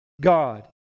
God